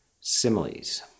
similes